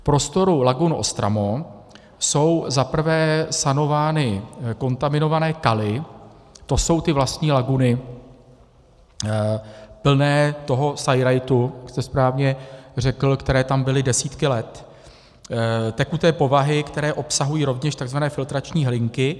V prostoru lagun Ostramo jsou zaprvé sanovány kontaminované kaly, to jsou ty vlastní laguny plné toho sajrajtu, jak jste správně řekl, které tam byly desítky let, tekuté povahy, které obsahují rovněž takzvané filtrační hlinky.